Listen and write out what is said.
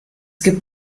gibt